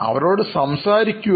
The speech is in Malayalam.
അവരോട് സംസാരിക്കുക